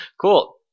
Cool